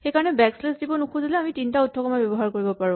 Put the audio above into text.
সেইকাৰণে back slash দিব নুখুজিলে আমি তিনিটা উদ্ধকমা ব্যৱহাৰ কৰিব পাৰো